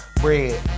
Bread